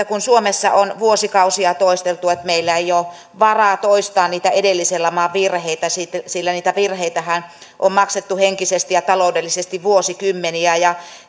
kun suomessa on vuosikausia toisteltu että meillä ei ole varaa toistaa niitä edellisen laman virheitä sillä niitä virheitähän on maksettu henkisesti ja taloudellisesti vuosikymmeniä ja